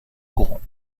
courants